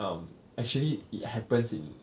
um actually it happens in